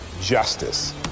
justice